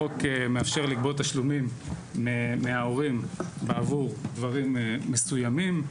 החוק מאפשר לגבות תשלומים מההורים בעבור דברים מסוימים.